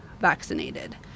vaccinated